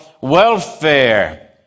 welfare